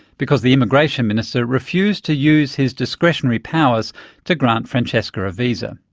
because the immigration minister refused to use his discretionary powers to grant francesca a visa.